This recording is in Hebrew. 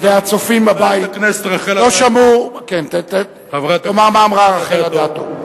תמיד טוב שיש רופא על-יד,